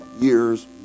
years